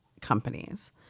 companies